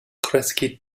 kreski